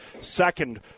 second